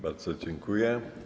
Bardzo dziękuję.